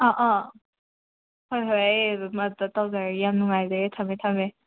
ꯑꯥ ꯑꯥ ꯍꯣꯏ ꯍꯣꯏ ꯑꯩ ꯑꯗꯨꯝ ꯑꯗꯨꯗ ꯇꯧꯖꯔꯒꯦ ꯌꯥꯝ ꯅꯨꯡꯉꯥꯏꯖꯔꯦ ꯊꯝꯃꯦ ꯊꯝꯃꯦ